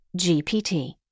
GPT